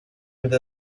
with